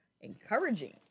encouraging